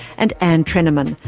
and ann treneman,